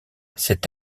cet